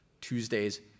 Tuesdays